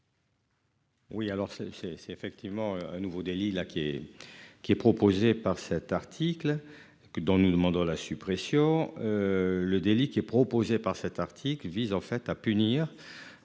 c'est c'est c'est effectivement un nouveau délit là qui est, qui est proposé par cet article. Que dont nous demandons la suppression. Le délit qui est proposé par cet article vise en fait à punir.